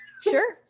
Sure